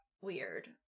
weird